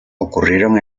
ocurrieron